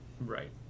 Right